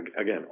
Again